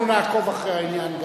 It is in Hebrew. אנחנו נעקוב אחר העניין,